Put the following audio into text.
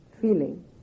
feeling